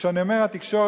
וכשאני אומר "התקשורת",